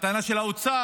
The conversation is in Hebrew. והטענה של האוצר,